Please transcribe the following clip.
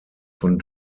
von